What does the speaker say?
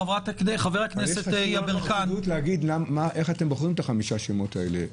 איך אתם בוחרים את חמשת השמות האלה?